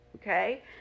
Okay